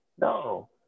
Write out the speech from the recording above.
no